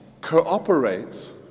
cooperates